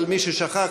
אבל למי ששכח,